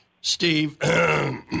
Steve